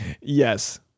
yes